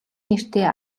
нэртэй